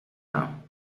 now